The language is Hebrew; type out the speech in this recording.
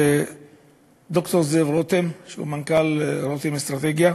זה ד"ר זאב רותם, שהוא מנכ"ל "רותם אסטרטגיה".